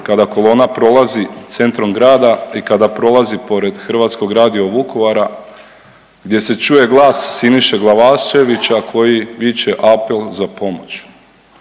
kada kolona prolazi centrom grada i kada prolazi pored hrvatskog radio Vukovara gdje se čuje glas Siniše Glavaševića koji viče apel za pomoć.